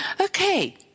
Okay